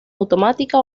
automática